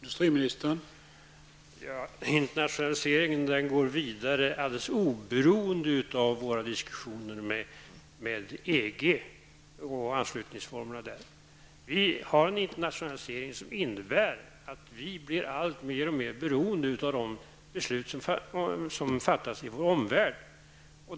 Herr talman! Internationaliseringen går vidare alldeles oberoende av våra diskussioner med EG och anslutningsformerna där. Vi får en internationalisering som innebär att vi blir alltmer beroende av de beslut som fattas i vår omvärld.